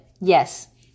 Yes